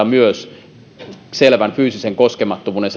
myös selvät fyysisen koskemattomuuden